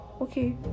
Okay